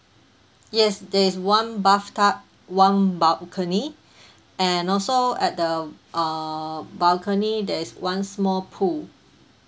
yes there is one bathtub one balcony and also at the err balcony there is one small pool